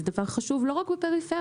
זה דבר חשוב לא רק בפריפריה.